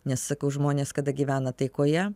nes sakau žmonės kada gyvena taikoje